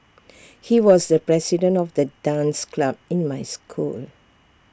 he was the president of the dance club in my school